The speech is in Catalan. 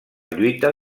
lluita